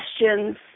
questions